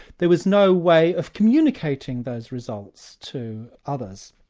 there was no way of communicating those results to others.